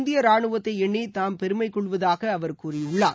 இந்திய ராணுவத்தை எண்ணி தாம் பெருமை கொள்வதாக அவர் கூறியுள்ளார்